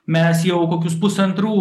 mes jau kokius pusantrų